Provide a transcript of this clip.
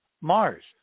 Mars